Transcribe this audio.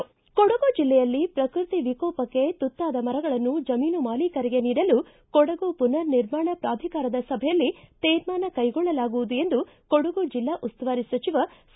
ಕೊಡಗು ಜಿಲ್ಲೆಯಲ್ಲಿ ಪ್ರಕೃತಿ ವಿಕೋಪಕ್ಕೆ ತುತ್ತಾದ ಮರಗಳನ್ನು ಜಮೀನು ಮಾಲೀಕರಿಗೆ ನೀಡಲು ಕೊಡಗು ಪುನರ್ ನಿರ್ಮಾಣ ಪ್ರಾಧಿಕಾರ್ದ ಸಭೆಯಲ್ಲಿ ತೀರ್ಮಾನ ಕೈಗೊಳ್ಳಲಾಗುವುದು ಎಂದು ಕೊಡಗು ಜಿಲ್ಲಾ ಉಸ್ತುವಾರಿ ಸಚಿವ ಸಾ